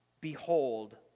behold